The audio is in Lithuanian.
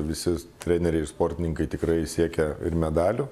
visi treneriai sportininkai tikrai siekia ir medalių